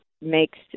makes